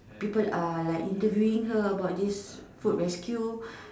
people are like interviewing her about this food rescue